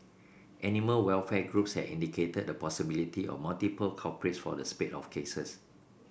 animal welfare groups had indicated the possibility of multiple culprits for the spate of cases